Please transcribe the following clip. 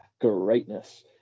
greatness